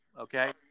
Okay